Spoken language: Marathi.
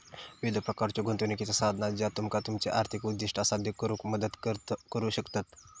विविध प्रकारच्यो गुंतवणुकीची साधना ज्या तुमका तुमची आर्थिक उद्दिष्टा साध्य करुक मदत करू शकतत